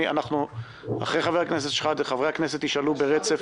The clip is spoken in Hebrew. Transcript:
אחרי חבר הכנסת שחאדה חברי הכנסת ישאלו ברצף